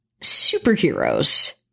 superheroes